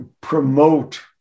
promote